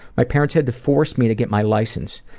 my parents had to force me to get my license.